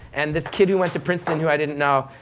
and this kid who went to princeton who i didn't know,